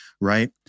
right